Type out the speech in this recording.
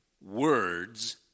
words